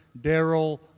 Darrell